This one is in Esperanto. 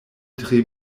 tre